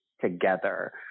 together